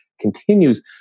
continues